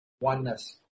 oneness